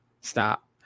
stop